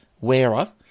wearer